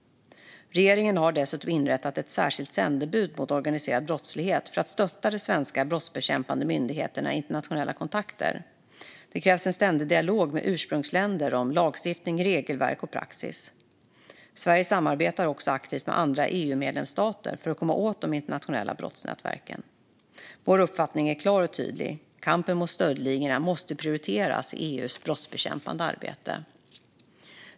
Regeringen har dessutom inrättat ett särskilt sändebud mot organiserad brottslighet för att stötta de svenska brottsbekämpande myndigheterna i internationella kontakter. Det krävs en ständig dialog med ursprungsländer om lagstiftning, regelverk och praxis. Sverige samarbetar också aktivt med andra EU-medlemsstater för att komma åt de internationella brottsnätverken. Vår uppfattning är klar och tydlig: Kampen mot stöldligorna måste prioriteras i EU:s brottsbekämpande arbete.